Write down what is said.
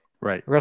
Right